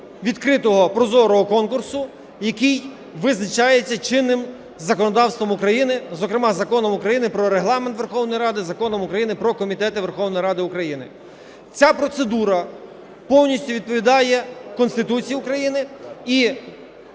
відкритого прозорого конкурсу, який визначається чинним законодавством України, зокрема Законом України про Регламент Верховної Ради і Законом України "Про комітети Верховної Ради України". Ця процедура повністю відповідає Конституції України.